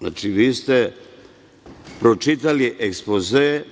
Znači, vi ste pročitali ekspoze,